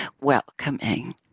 welcoming